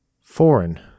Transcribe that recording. foreign